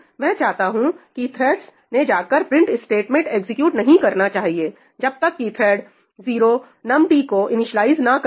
मैं चाहता हूं कि थ्रेडस ने जाकर प्रिंट स्टेटमेंट एग्जीक्यूट नहीं करना चाहिए जब तक की थ्रेड 0 नम टी को इनिस्लाइज ना कर दे